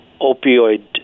opioid